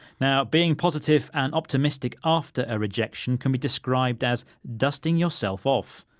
now being positive and optimistic after a rejection can be described as dusting yourself off.